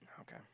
Okay